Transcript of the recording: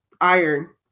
iron